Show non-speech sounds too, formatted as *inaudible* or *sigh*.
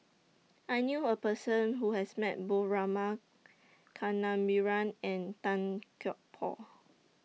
I knew A Person Who has Met Both Rama Kannabiran and Tan *unintelligible* Por